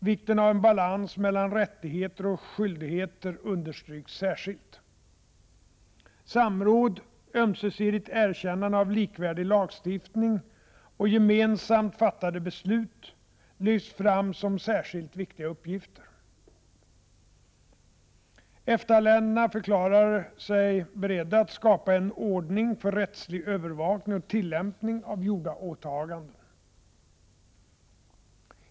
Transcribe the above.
Vikten av en balans mellan rättigheter och skyldigheter understryks särskilt. Samråd, ömsesidigt erkännande av likvärdig lagstiftning och gemensamt fattade beslut lyfts fram som särskilt viktiga uppgifter. - EFTA-länderna förklarar sig beredda att skapa en ordning för rättslig övervakning och tillämpning av gjorda åtaganden.